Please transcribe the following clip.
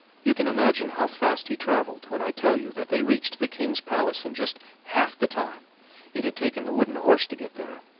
you can imagine how fast he traveled when i tell you that they reached the king's palace in just half the time it had taken the wooden horse to get there.